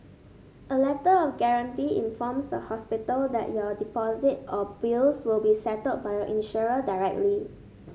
a Letter of Guarantee informs the hospital that your deposit or bills will be settled by your insurer directly